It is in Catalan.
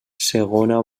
segona